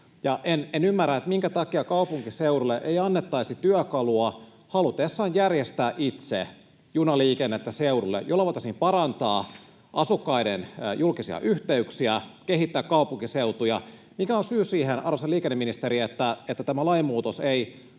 En ymmärrä, minkä takia kaupunkiseuduille ei annettaisi työkalua halutessaan järjestää itse junaliikennettä seudulle, jolloin voitaisiin parantaa asukkaiden julkisia yhteyksiä, kehittää kaupunkiseutuja. Mikä on syy siihen, arvoisa liikenneministeri, että tämä lainmuutos ei